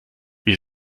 wir